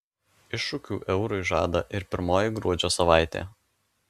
iššūkių eurui žada ir pirmoji gruodžio savaitė